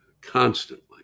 constantly